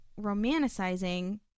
romanticizing